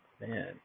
Man